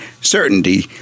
certainty